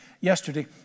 yesterday